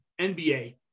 NBA